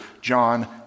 John